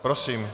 Prosím.